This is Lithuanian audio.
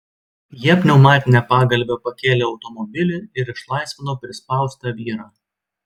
jie pneumatine pagalve pakėlė automobilį ir išlaisvino prispaustą vyrą